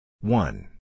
One